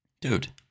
Dude